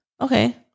Okay